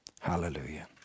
Hallelujah